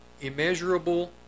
immeasurable